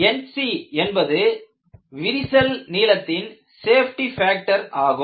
Ncஎன்பது விரிசல் நீளத்தின் safety factor ஆகும்